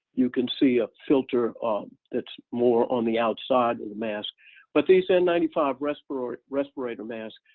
you can see a filter that's more on the outside of the masks but these n nine five respiratory respiratory masks,